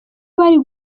bari